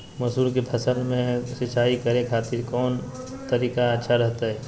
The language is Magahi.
मसूर के फसल में सिंचाई करे खातिर कौन तरीका अच्छा रहतय?